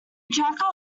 tracker